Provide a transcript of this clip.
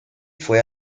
fue